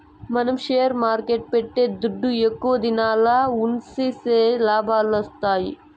మనం షేర్ మార్కెట్ల పెట్టే దుడ్డు ఎక్కువ దినంల ఉన్సిస్తేనే లాభాలొత్తాయి